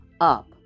up